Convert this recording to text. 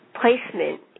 placement